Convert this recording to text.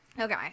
Okay